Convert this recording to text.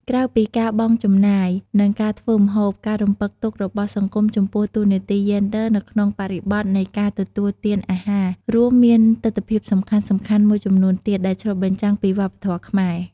ក្រៅពីការបង់ចំណាយ និងការធ្វើម្ហូប ការរំពឹងទុករបស់សង្គមចំពោះតួនាទីយេនឌ័រនៅក្នុងបរិបទនៃការទទួលទានអាហារ រួមមានទិដ្ឋភាពសំខាន់ៗមួយចំនួនទៀត ដែលឆ្លុះបញ្ចាំងពីវប្បធម៌ខ្មែរ។